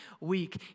week